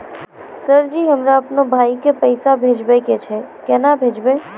Sir ji हमरा अपनो भाई के पैसा भेजबे के छै, केना भेजबे?